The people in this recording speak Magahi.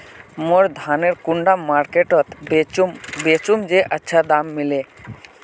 मोर धानेर कुंडा मार्केट त बेचुम बेचुम जे अच्छा दाम मिले?